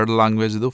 language